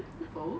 pho